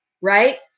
right